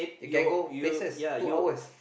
you can go places two hours